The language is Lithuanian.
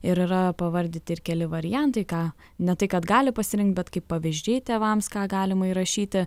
ir yra pavardyti ir keli variantai ką ne tai kad gali pasirinkt bet kaip pavyzdžiai tėvams ką galima įrašyti